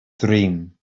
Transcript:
dream